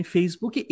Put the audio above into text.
Facebook